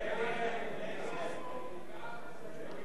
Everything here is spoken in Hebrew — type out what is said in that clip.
מסדר-היום את הצעת חוק הרשויות המקומיות (משמעת) (תיקון,